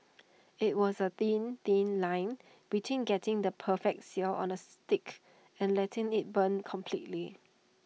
IT was A thin thin line between getting the perfect sear on the steak and letting IT burn completely